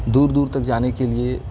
دور دور تک جانے کے لیے